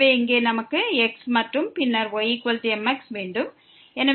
எனவே இங்கே நமக்கு x மற்றும் பின்னர் ymx வேண்டும்